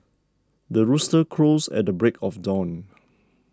the rooster crows at the break of dawn